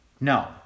No